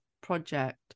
project